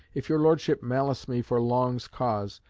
if your lordship malice me for long's cause,